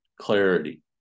clarity